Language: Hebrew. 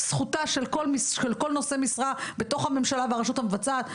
זכותה של כל נושא משרה בתוך הממשלה ברשות המבצעת,